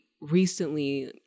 recently